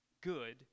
good